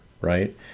right